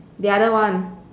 the other one